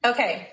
Okay